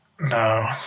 No